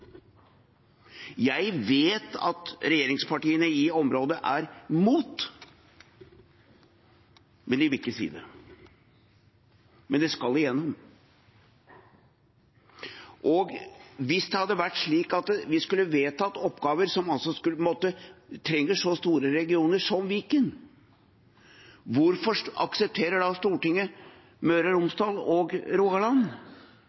Jeg vet at regjeringspartiene i området er mot, men de vil ikke si det. Men det skal igjennom. Hvis det hadde vært slik at vi skulle vedtatt oppgaver som trenger så store regioner som Viken, hvorfor aksepterer da Stortinget Møre